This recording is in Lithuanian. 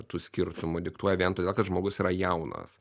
tų skirtumų diktuoja vien todėl kad žmogus yra jaunas